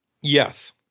Yes